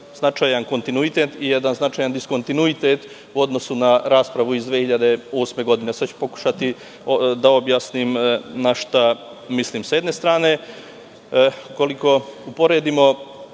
značajan kontinuitet i jedan značajan diskontinuitet u odnosu na raspravu iz 2008. godine. Sada ću pokušati da objasnim na šta mislim.S jedne strane, ukoliko uporedimo